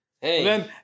hey